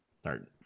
start